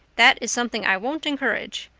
that is something i won't encourage.